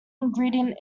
ingredient